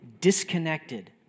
disconnected